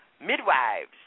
midwives